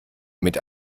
mit